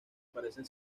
parecen